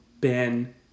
Ben